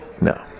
No